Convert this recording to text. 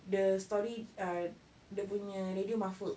the story uh dia punya radio muffled